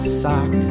sock